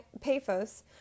Paphos